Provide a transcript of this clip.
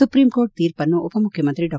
supreme court ತೀರ್ಪನ್ನು ಉಪಮುಖ್ಯಮಂತ್ರಿ ಡಾ